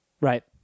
right